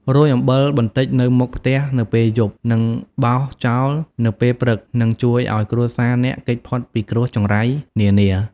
រោយអំបិលបន្តិចនៅមុខផ្ទះនៅពេលយប់ និងបោសចោលនៅពេលព្រឹកនឹងជួយឲ្យគ្រួសារអ្នកគេចផុតពីគ្រោះចង្រៃនានា ។